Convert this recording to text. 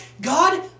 God